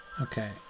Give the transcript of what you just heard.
Okay